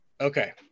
Okay